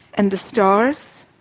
and the stars?